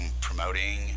promoting